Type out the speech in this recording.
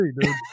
dude